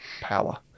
power